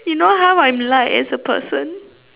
you know how I'm like as a person